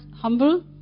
humble